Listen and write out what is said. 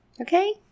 Okay